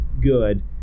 good